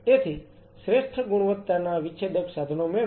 તેથી શ્રેષ્ઠ ગુણવત્તાના વિચ્છેદક સાધનો મેળવો